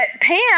Pam